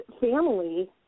family